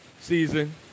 season